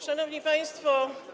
Szanowni Państwo!